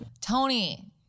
Tony